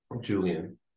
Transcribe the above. Julian